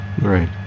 Right